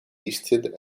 listed